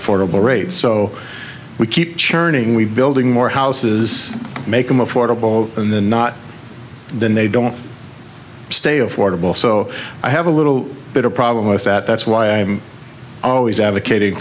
affordable rate so we keep churning we building more houses make them affordable and then not then they don't stay affordable so i have a little bit of problem with that that's why i'm always advocating